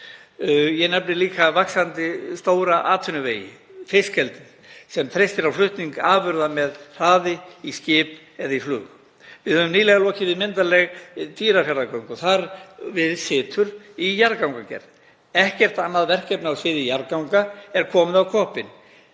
Ég nefni líka vaxandi stóra atvinnuvegi, fiskeldi sem treystir á flutning afurða með hraði í skip eða í flug. Við höfum nýlega lokið við myndarleg Dýrafjarðargöng og þar við situr í jarðgangagerð. Ekkert annað verkefni á sviði jarðganga er komið á koppinn